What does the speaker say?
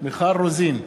מיכל רוזין,